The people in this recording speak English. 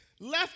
left